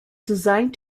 designed